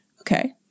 Okay